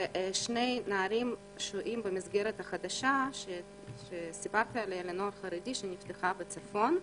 שני נערים שוהים במסגרת החדשה שסיפרתי עליה לנוער חרדי שנפתחה בצפון,